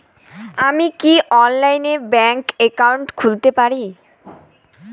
আমি কি অনলাইনে ব্যাংক একাউন্ট খুলতে পারি?